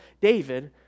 David